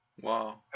Wow